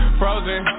frozen